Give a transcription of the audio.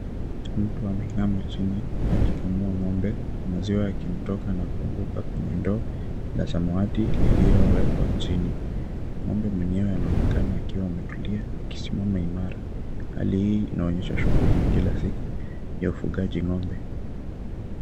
Mtu ameinama chini akikamua ng'ombe, maziwa yakimtoka na kuanguka kwenye ndoo la samawati iliyowekwa chini, ng'ombe mwenyewe anaonekana akiwa ametulia akisimama imara, hali hii inaonyesha shughuli ya kila siku ya ufugaji ng'ombe.